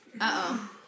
Uh-oh